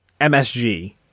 MSG